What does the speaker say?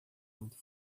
muito